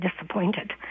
disappointed